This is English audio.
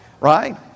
right